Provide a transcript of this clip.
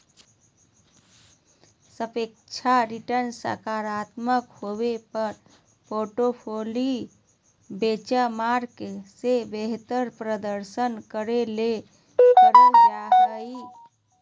सापेक्ष रिटर्नसकारात्मक होबो पर पोर्टफोली बेंचमार्क से बेहतर प्रदर्शन करे ले करल जा हइ